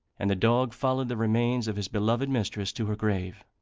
and the dog followed the remains of his beloved mistress to her grave.